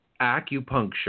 acupuncture